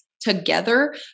together